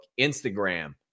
Instagram